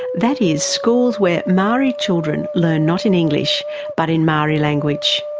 that is, schools where maori children learn not in english but in maori language.